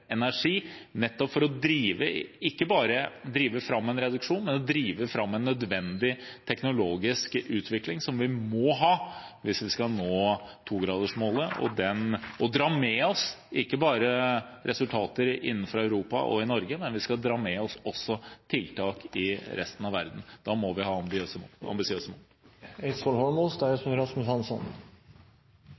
energi. Vi skal ikke bare drive fram en reduksjon, vi skal drive fram en nødvendig teknologisk utvikling, som vi må ha hvis vi skal nå togradersmålet. Vi skal dra med oss ikke bare resultater innenfor Europa og i Norge, vi skal også dra med oss tiltak i resten av verden. Da må vi ha ambisiøse mål.